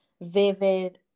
vivid